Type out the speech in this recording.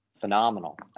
phenomenal